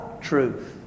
truth